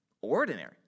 ordinary